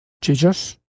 Jesus